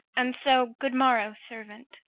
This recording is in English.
and so good morrow, servant.